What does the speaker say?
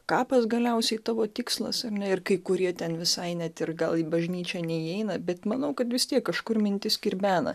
kapas galiausiai tavo tikslas ir kai kurie ten visai net ir gal į bažnyčią neįeina bet manau kad vis tiek kažkur mintis kirbena